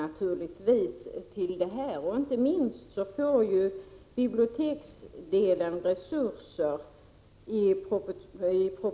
Kammaren övergick till att debattera kulturutskottets betänkande 17 om anslag till film och kulturtidskrifter, m.m.